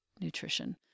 nutrition